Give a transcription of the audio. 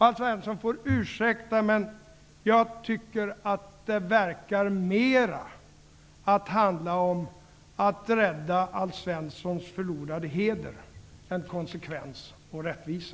Alf Svensson får ursäkta, men jag tycker att det verkar handla mera om att rädda Alf Svenssons förlorade heder än om konsekvens och rättvisa.